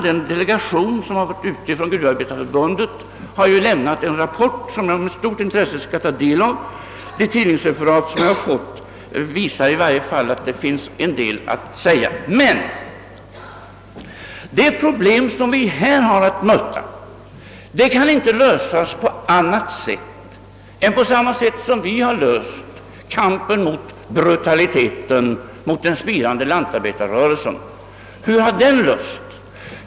Den delegation som var utsänd från Gruvarbetareförbundet har ju lämnat en rapport, som jag med stort intresse skall ta del av. De tidningsreferat som jag har fått visar i varje fall att det finns en del att säga. Det problem som vi här har att möta kan inte lösas på annat sätt än så som vi har slutfört kampen mot brutaliteten gentemot den spirande lantarbetarrörelsen. Hur har det gjorts?